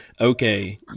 okay